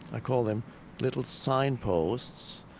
i call them little signposts.